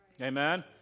Amen